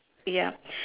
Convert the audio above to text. yup